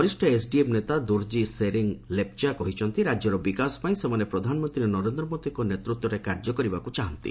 ବରିଷ୍ଣ ଏସ୍ଡିଏଫ୍ ନେତା ଦୋର୍ଜୀ ଶେରିଙ୍ଗ୍ ଲେପ୍ଚା କହିଛନ୍ତି ରାଜ୍ୟର ବିକାଶ ପାଇଁ ସେମାନେ ପ୍ରଧାନମନ୍ତ୍ରୀ ନରେନ୍ଦ୍ର ମୋଦିଙ୍କ ନେତୃତ୍ୱରେ କାର୍ଯ୍ୟ କରିବାକ୍ ଚାହାନ୍ତି